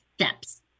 steps